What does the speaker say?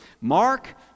Mark